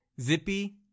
Zippy